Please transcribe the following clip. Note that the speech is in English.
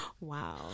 Wow